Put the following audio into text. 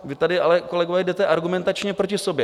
Vy tady ale, kolegové, jdete argumentačně proti sobě.